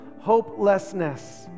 hopelessness